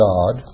God